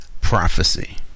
prophecy